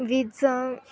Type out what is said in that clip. वीज